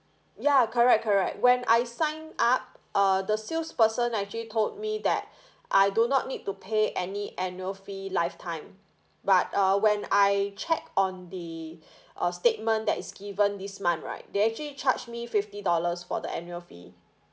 ya correct correct when I sign up err the sales person actually told me that I do not need to pay any annual fee lifetime but err when I check on the uh statement that is given this month right they actually charged me fifty dollars for the annual fee